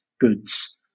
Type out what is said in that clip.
goods